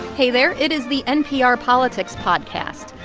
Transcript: hey there. it is the npr politics podcast.